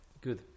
Good